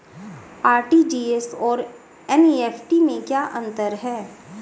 RTGS और NEFT में क्या अंतर है?